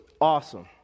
awesome